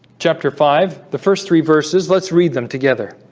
chapter five the first three verses let's read them together